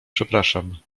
przepraszam